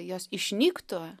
jos išnyktų